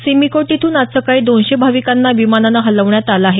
सिमिकोट इथून आज सकाळी दोनशे भाविकांना विमानानं हलवण्यात आलं आहे